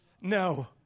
No